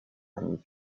ani